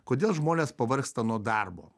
kodėl žmonės pavargsta nuo darbo